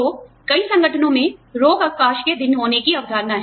तो कई संगठनों में रोग अवकाश के दिन होने की अवधारणा है